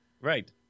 right